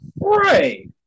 right